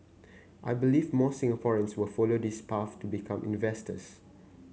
I believe more Singaporeans will follow this path to become